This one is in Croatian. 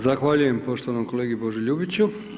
Zahvaljujem poštovanom kolegi Boži Ljubiću.